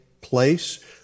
place